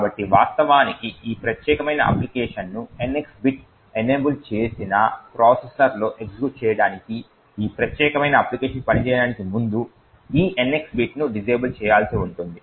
కాబట్టి వాస్తవానికి ఈ ప్రత్యేకమైన అప్లికేషన్ను NX బిట్ ఎనేబుల్ చేసిన ప్రాసెసర్లో ఎగ్జిక్యూట్ చేయడానికి ఈ ప్రత్యేకమైన అప్లికేషన్ పనిచేయడానికి ముందు ఈ NX బిట్ను డిసేబుల్ చెయ్యాల్సి ఉంటుంది